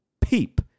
peep